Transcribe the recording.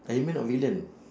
iron man not villain